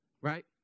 Right